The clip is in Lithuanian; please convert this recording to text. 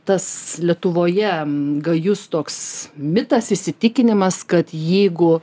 tas lietuvoje gajus toks mitas įsitikinimas kad jeigu